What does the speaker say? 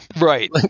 right